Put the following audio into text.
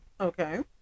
Okay